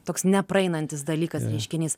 toks nepraeinantis dalykas reiškinys